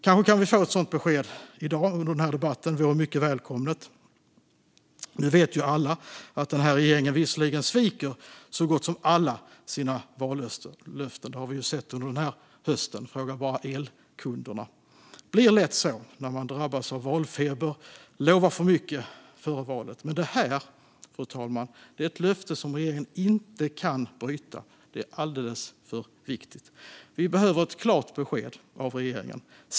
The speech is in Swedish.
Kanske kan vi få ett sådant besked i dag under denna debatt. Det vore mycket välkommet. Nu vet visserligen alla att den här regeringen sviker så gott som alla sina vallöften. Det har vi sett under hösten - fråga bara elkunderna! Det blir lätt så när man drabbats av valfeber och lovar för mycket före valet. Men detta, fru talman, är ett löfte som regeringen inte kan bryta. Det är alldeles för viktigt. Vi behöver ett klart besked av regeringen.